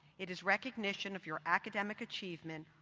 it is recognition of your academic achievement,